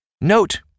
Note